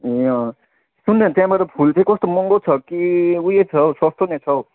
ए अँ सुन न त्यहाँबाट फुल चाहिँ कस्तो महँगो छ कि उयो छ हौ सस्तो नै छ हौ